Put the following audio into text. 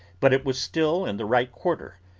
but it was still in the right quarter,